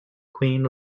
queen